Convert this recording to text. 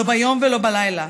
לא ביום ולא בלילה.